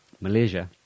Malaysia